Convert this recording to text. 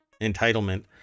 entitlement